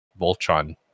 Voltron